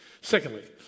Secondly